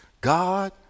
God